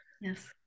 yes